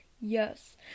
Yes